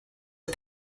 are